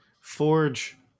Forge